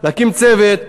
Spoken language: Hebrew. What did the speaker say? להקים צוות,